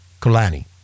Kulani